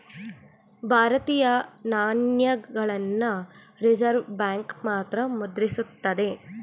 ಭಾರತೀಯ ನಾಣ್ಯಗಳನ್ನ reserve bank ಮಾತ್ರ ಮುದ್ರಿಸುತ್ತದೆ